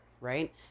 Right